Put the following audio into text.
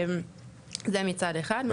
זה מצד אחד.